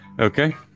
Okay